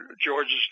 George's